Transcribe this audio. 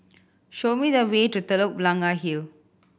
show me the way to Telok Blangah Hill